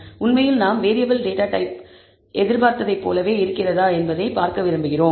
உண்மையில் நாம் variable data type நாம் எதிர்பார்த்ததைப் போலவே இருக்கிறதா என்பதை இப்போது பார்க்க விரும்புகிறோம்